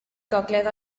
gogledd